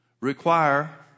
Require